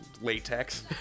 latex